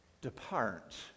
Depart